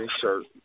shirt